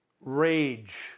rage